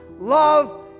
Love